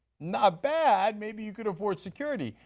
not bad, maybe you can afford security.